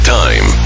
time